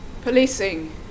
Policing